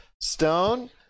Stone